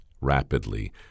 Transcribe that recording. Rapidly